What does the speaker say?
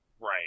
Right